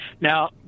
Now